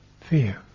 Fear